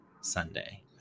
Sunday